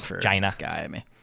China